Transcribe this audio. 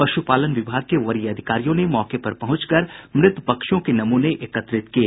पश्पालन विभाग के वरीय अधिकारियों ने मौके पर पहुंच कर मृत पक्षियों के नमूने एकत्रित किये